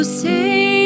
say